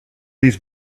these